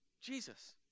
Jesus